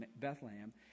Bethlehem